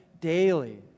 daily